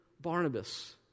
Barnabas